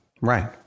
Right